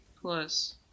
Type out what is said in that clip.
plus